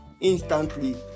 instantly